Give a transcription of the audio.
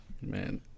man